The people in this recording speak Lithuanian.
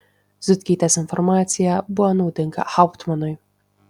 zutkytės informacija buvo naudinga hauptmanui